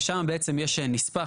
ושם בעצם יש נספח.